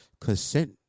consent